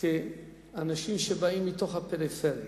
כאנשים שבאים מתוך הפריפריה,